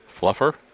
Fluffer